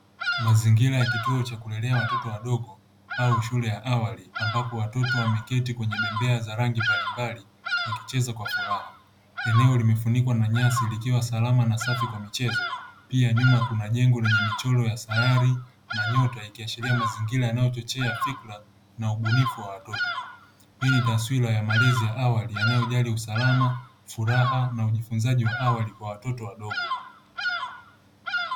Mazingira ya kituo cha kulelea watoto wadogo au shule ya awali ambapo watoto wameketi kwenye bembea za rangi mbalimbali wakicheza kwa furaha. Eneo limefunikwa na nyasi likiwa salama na safi kwa michezo, pia nyuma kuna jengo lenye michoro ya sayari na nyota ikiashiria mazingira yanayochochea fikra na ubunifu wa watoto. Hii ni taswira ya malezi ya awali yanayojali usalama, furaha na ujifunzaji wa awali kwa watoto wadogo.